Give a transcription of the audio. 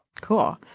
Cool